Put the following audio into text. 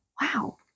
Wow